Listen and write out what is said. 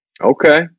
Okay